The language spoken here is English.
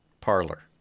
parlor